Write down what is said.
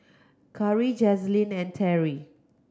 Karri Jazlynn and Teri